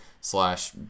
slash